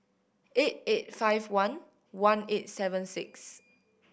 eight eight five one one eight seven six